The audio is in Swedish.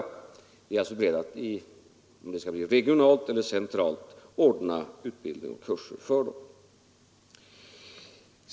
Vi är alltså beredda att regionalt eller centralt ordna utbildningskurser för dem.